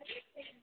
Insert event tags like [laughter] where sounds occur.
[unintelligible]